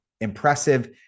impressive